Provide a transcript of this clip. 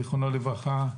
זיכרונו לברכה,